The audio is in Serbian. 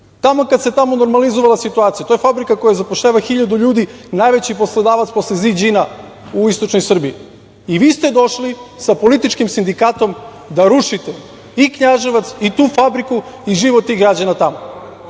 Taman kad se tamo normalizovala situacija, to je fabrika koja zapošljava 1.000 ljudi, najveći poslodavac posle Ziđina u istočnoj Srbiji i vi ste došlo sa političkim sindikatom da rušite i Knjaževac i tu fabriku i život tih građana tamo.